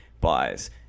buys